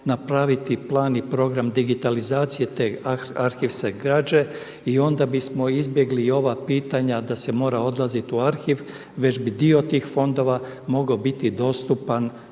napraviti plan i program digitalizacije te arhivske građe i onda bismo izbjegli i ova pitanja da se mora odlaziti u arhiv već bi dio tih fondova mogao biti dostupan